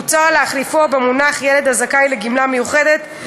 מוצע להחליפו במונח "ילד הזכאי לגמלה מיוחדת",